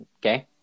Okay